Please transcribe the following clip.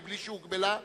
מבלי שהוגבלה,